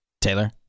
Taylor